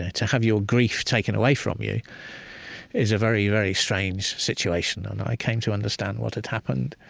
ah to have your grief taken away from you is a very, very strange situation and i came to understand what had happened,